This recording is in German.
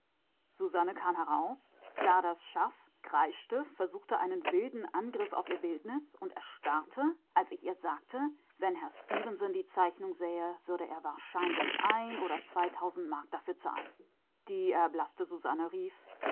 kreischte versuchte einen wilden angriff auf ihr bildnis und erstarrte als ich ihr sagte wenn herr stefenson die zeichnung sähe würde er wahrscheinlich ein oder zweitausend mark dafür zahlen die erblaßte